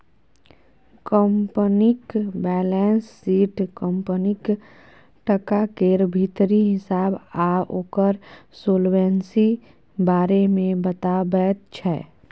कंपनीक balance sheet कंपनीक टका केर भीतरी हिसाब आ ओकर सोलवेंसी बारे मे बताबैत छै